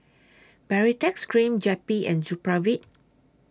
Baritex Cream Jappy and Supravit